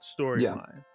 storyline